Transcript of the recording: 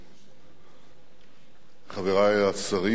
חברי השרים,